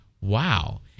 wow